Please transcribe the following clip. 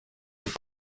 est